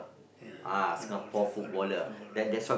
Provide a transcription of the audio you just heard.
ya I know